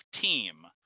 team